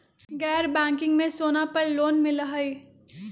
गैर बैंकिंग में सोना पर लोन मिलहई?